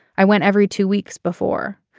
i went every two weeks before.